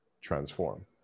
transform